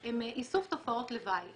זה איסוף תופעות לוואי.